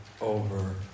over